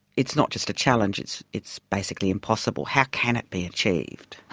it's not just a challenge, it's it's basically impossible. how can it be achieved?